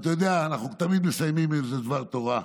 ואתה יודע, אנחנו תמיד מסיימים באיזה דבר תורה.